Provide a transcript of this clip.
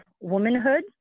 womanhood